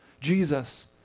Jesus